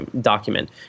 document